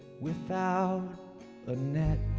without a net